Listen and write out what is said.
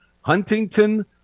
Huntington